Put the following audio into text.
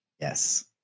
Yes